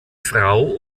frau